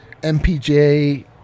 MPJ